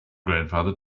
grandfather